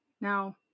now